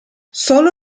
solo